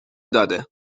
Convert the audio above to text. داده